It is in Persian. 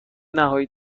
نهایی